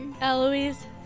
Eloise